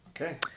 Okay